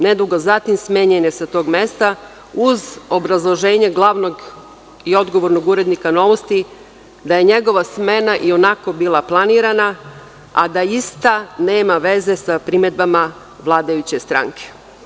Nedugo zatim smenjen je sa tog mesta, uz obrazloženje glavnog i odgovornog urednika „Novosti“ da je njegova smena i onako bila planirana, a da ista nema veze sa primedbama vladajuće stranke.